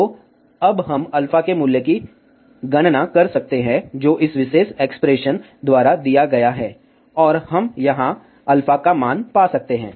तो अब हम α के मूल्य की गणना कर सकते हैं जो इस विशेष एक्सप्रेशन द्वारा दिया गया है और हम यहाँ α का मान पा सकते हैं